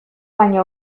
baino